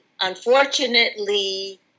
unfortunately